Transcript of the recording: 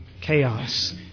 chaos